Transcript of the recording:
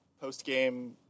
post-game